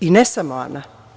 I ne samo Ana.